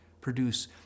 produce